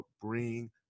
bring